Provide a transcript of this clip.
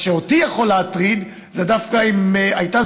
מה שאותי יכול להטריד זה דווקא אם הייתה